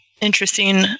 interesting